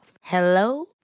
Hello